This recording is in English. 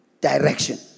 direction